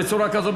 בצורה כזאת,